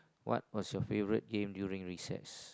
what was your favourite game during recess